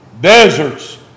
deserts